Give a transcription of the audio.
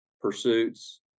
pursuits